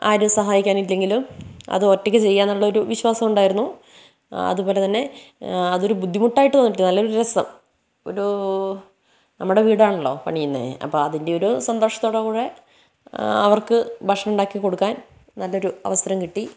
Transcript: ആരും സഹായിക്കാൻ ഇല്ലെങ്കിലും അത് ഒറ്റയ്ക്ക് ചെയ്യാന്നുള്ളൊരു വിശ്വാസം ഉണ്ടായിരുന്നു അതുപോലെ തന്നെ അതൊരു ബുദ്ധിമുട്ടായിട്ട് തോന്നിട്ടില്ല നല്ലൊരു രസം ഒരൂ നമ്മുടെ വീടാണല്ലോ പണിയുന്നത് അപ്പോൾ അതിന്റെ ഒരു സന്തോഷത്തോടുകൂടി അവർക്ക് ഭക്ഷണം ഉണ്ടാക്കിക്കൊടുക്കാൻ നല്ലൊരു അവസരം കിട്ടി